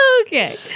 Okay